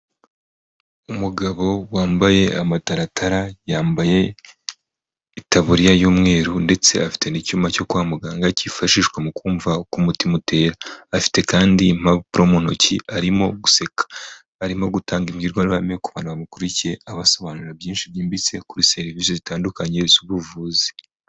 Umugabo wambaye amataratara, yambaye itaburiya y'umweru ndetse afite n'icyuma cyo kwa muganga kifashishwa mu kumva uko umutima utera. Afite kandi impapuro mu ntoki arimo guseka arimo gutanga imbwirwaruhame ku bantu bamukurikiye, abasobanurira byinshi byimbitse kuri serivise zitandukanye z'ubuvuzi.